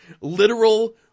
literal